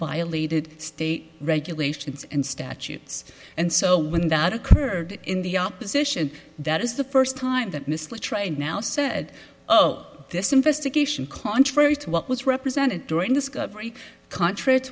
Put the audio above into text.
violated state regulations and statutes and so when that occurred in the opposition that is the first time that missler trained now said oh this investigation contrary to what was represented during this very contract